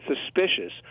suspicious